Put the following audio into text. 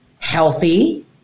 healthy